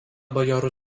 bajorų